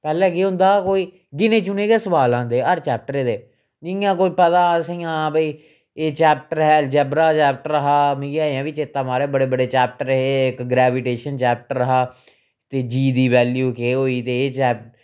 पैह्लें केह् होंदा हा कोई गिने चुने गै सुआल आंदे हे हर चैप्टर दे जियां कोई पता असेंगी हां भाई एह् चैप्टर ऐ ऐलज्वरा चैप्टर हा मिगी अजें बी चेता महाराज बड़े बड्डे चैप्टर हे इक ग्रैविटेशिन चैप्टर हा ते जी दी वेल्यू केह् होई ते एह् चैप्टर